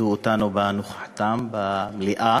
שכיבדו אותנו בנוכחותם במליאה,